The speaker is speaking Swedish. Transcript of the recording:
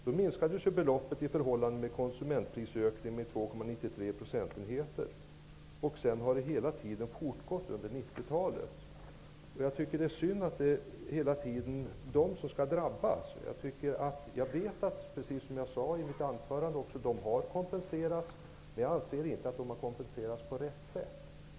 Då minskades ju beloppet i förhållande till konsumentprisökningen med 2,93 procentenheter. Denna utveckling har fortgått under hela 90-talet. Jag tycker att det är synd att det hela tiden är nämnda grupp som skall behöva drabbas. Jag vet, och det sade jag i mitt huvudanförande, att dessa människor har kompenserats. Men jag anser inte att de har kompenserats på rätt sätt.